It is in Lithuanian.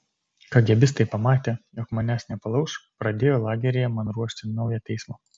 kagėbistai pamatę jog manęs nepalauš pradėjo lageryje man ruošti naują teismą